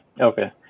Okay